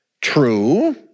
true